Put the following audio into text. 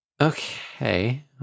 Okay